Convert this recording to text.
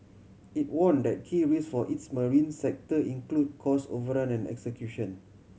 it warn that key risk for its marine sector include cost overrun and execution